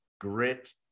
grit